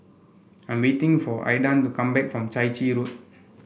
I am waiting for Aidan to come back from Chai Chee Road